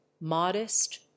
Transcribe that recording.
modest